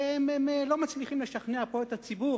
שהם לא מצליחים לשכנע פה את הציבור,